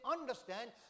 understand